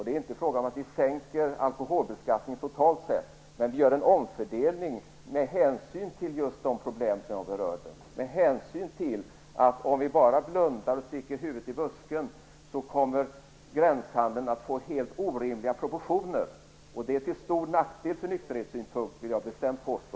Det är inte fråga om att vi sänker alkoholbeskattningen totalt sett, men vi gör en omfördelning med hänsyn till just de problem jag berörde. Socialdemokraterna tar hänsyn till att om vi bara blundar och sticker huvudet i busken kommer gränshandeln att få helt orimliga proportioner. Det är till stor nackdel ur nykterhetssynpunkt, vill jag bestämt påstå.